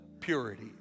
purity